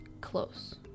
close